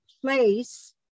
place